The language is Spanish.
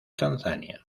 tanzania